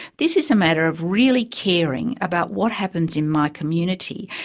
this is a matter of really caring about what happens in my community,